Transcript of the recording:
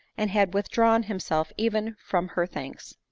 and had withdrawn himself even from her thanks.